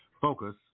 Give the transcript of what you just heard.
focus